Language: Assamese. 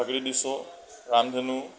প্ৰাকৃতিক দৃশ্য ৰামধেনু